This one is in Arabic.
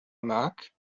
معك